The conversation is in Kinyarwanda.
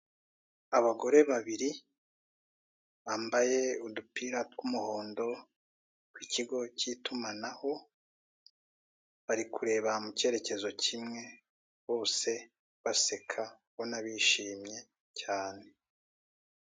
Abagore babiri bambaye udupira tw'umuhondo, tw'ikigo cy'itumanaho, bari kureba mu cyerekezo kimwe, bose baseka, ubona bishimye cyane.